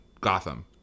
Gotham